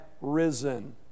risen